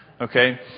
Okay